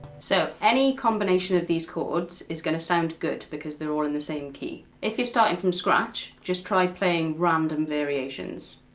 so any combination of these chords is going to sound good, because they're all in the same key. if you're starting from scratch, just try playing random variations.